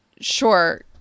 sure